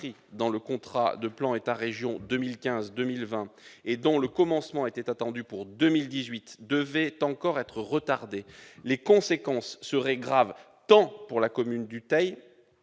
dans le contrat de plan État-région 2015-2020, dont le commencement était attendu pour 2018, devaient être encore retardés, les conséquences seraient graves tant pour la commune du Teil